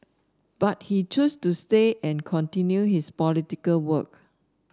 but he choose to stay and continue his political work